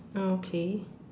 okay